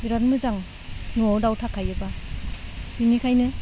बिराद मोजां न'आव दाउ थाखायोब्ला बिनिखायनो